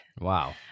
Wow